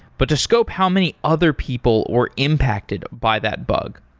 but to scope how many other people were impacted by that bug.